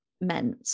meant